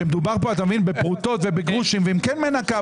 כשמדובר פה בפרוטות ובגרושים ואם כן מנקה,